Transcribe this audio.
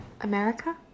America